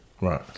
Right